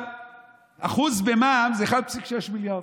1% במע"מ זה 1.6 מיליארד,